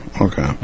okay